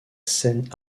scène